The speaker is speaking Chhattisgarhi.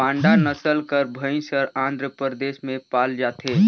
मांडा नसल कर भंइस हर आंध्र परदेस में पाल जाथे